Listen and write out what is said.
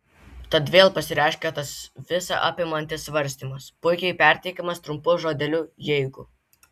tad vėl pasireiškė tas visa apimantis svarstymas puikiai perteikiamas trumpu žodeliu jeigu